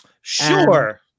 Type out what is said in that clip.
Sure